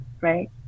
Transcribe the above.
right